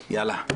לא.